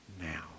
now